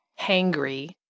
hangry